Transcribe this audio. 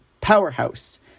powerhouse